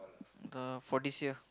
the for this year